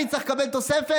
אני צריך לקבל תוספת?